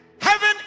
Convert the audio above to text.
Heaven